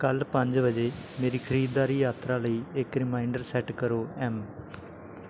ਕੱਲ੍ਹ ਪੰਜ ਵਜੇ ਮੇਰੀ ਖਰੀਦਦਾਰੀ ਯਾਤਰਾ ਲਈ ਇੱਕ ਰੀਮਾਈਡਰ ਸੈੱਟ ਕਰੋ ਐੱਮ